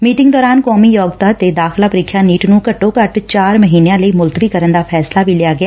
meeting ਦੌਰਾਨ ਕੌਮੀ ਯੋਗਤਾ ਦਾਖਲਾ ਪ੍ਰੀਖਿਆ ਨੀਟ ਨੰ ਘੱਟ ਘੱਟ ਚਾਰ ਮਹੀਨਿਆ ਲਈ ਮੁਲਤਵੀ ਕਰਨ ਦਾ ਫੈਸਲਾ ਵੀ ਲਿਆ ਗਿਆ